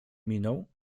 minął